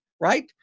right